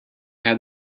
had